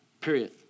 Period